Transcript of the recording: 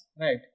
right